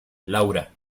laura